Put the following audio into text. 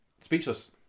speechless